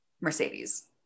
Mercedes